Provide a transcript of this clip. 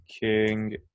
king